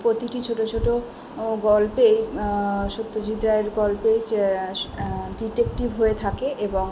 প্রতিটি ছোটো ছোটো ও গল্পে সত্যজিৎ রায়ের গল্পে ডিটেকটিভ হয়ে থাকে এবং